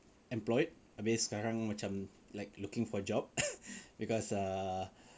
employed habis sekarang macam like looking for job because uh